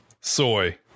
Soy